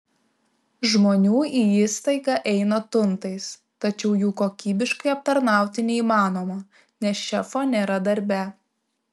žmonių į įstaigą eina tuntais tačiau jų kokybiškai aptarnauti neįmanoma nes šefo nėra darbe